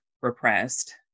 repressed